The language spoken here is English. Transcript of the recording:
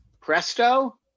presto